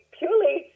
purely